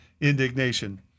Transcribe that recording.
indignation